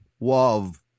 Love